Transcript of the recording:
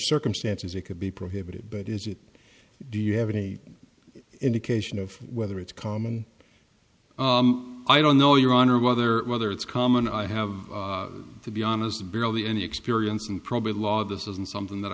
circumstances it could be prohibited but is it do you have any indication of whether it's common i don't know your honor or whether whether it's common i have to be honest barely any experience and probably law this isn't something that